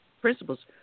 principles